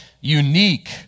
unique